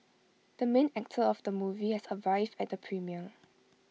the main actor of the movie has arrived at the premiere